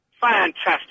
Fantastic